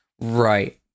Right